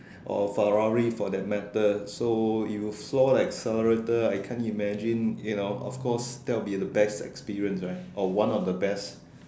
or Ferrari for that matter so if you flaw the accelerator I can't imagine you know of course that would be the best experience right or one of the best